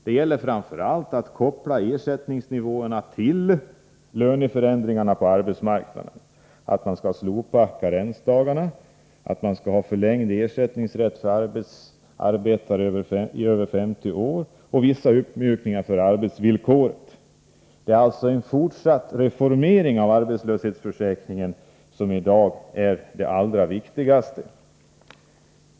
Det gäller framför allt att koppla ersättningsnivåerna till löneförändringarna på arbetsmarknaden, att man skall slopa karensdagarna, att arbetare över 50 år skall ha rätt till förlängd ersättning samt vissa uppmjukningar när det gäller arbetsvillkoret. Det är alltså en fortsatt reformering av arbetslöshetsförsäkringen som i dag är det allra viktigaste.